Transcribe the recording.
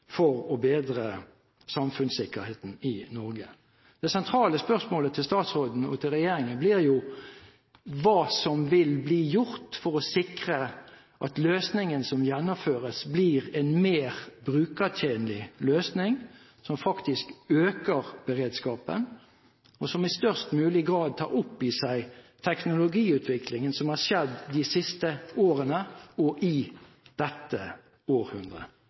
for å bedre samfunnssikkerheten i Norge. Det sentrale spørsmålet til statsråden og til regjeringen blir: Hva vil bli gjort for å sikre at løsningen som gjennomføres, blir en mer brukertjenlig løsning som faktisk øker beredskapen, og som i størst mulig grad tar opp i seg teknologiutviklingen som har skjedd de siste årene og i dette århundret?